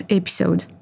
episode